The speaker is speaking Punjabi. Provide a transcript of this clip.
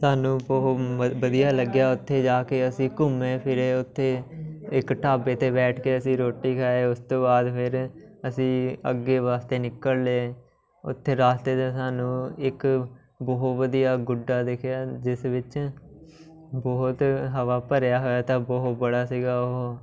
ਸਾਨੂੰ ਬਹੁਤ ਮ ਵਧੀਆ ਲੱਗਿਆ ਉੱਥੇ ਜਾ ਕੇ ਅਸੀਂ ਘੁੰਮੇ ਫਿਰੇ ਉੱਥੇ ਇੱਕ ਢਾਬੇ 'ਤੇ ਬੈਠ ਕੇ ਅਸੀਂ ਰੋਟੀ ਖਾਈ ਉਸ ਤੋਂ ਬਾਅਦ ਫਿਰ ਅਸੀਂ ਅੱਗੇ ਵਾਸਤੇ ਨਿਕਲ ਲਏ ਉੱਥੇ ਰਸਤੇ ਦੇ ਸਾਨੂੰ ਇੱਕ ਬਹੁਤ ਵਧੀਆ ਗੁੱਡਾ ਦਿਖਿਆ ਜਿਸ ਵਿੱਚ ਬਹੁਤ ਹਵਾ ਭਰਿਆ ਹੋਇਆ ਤਾਂ ਬਹੁਤ ਬੜਾ ਸੀਗਾ ਉਹ